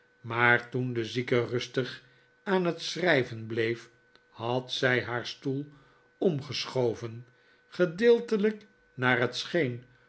maar toen de zieke rustig aan het schrijven bleef had zij haar stoel omgeschoven gedeeltelijk naar